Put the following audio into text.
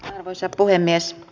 arvoisa puhemies